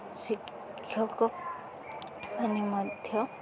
ଶିକ୍ଷକମାନେ ମଧ୍ୟ